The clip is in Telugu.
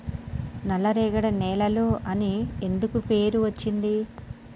నల్లరేగడి నేలలు అని ఎందుకు పేరు అచ్చింది?